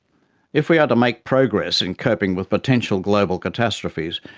if we are to make progress in coping with potential global catastrophes,